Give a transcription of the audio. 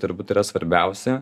turbūt yra svarbiausia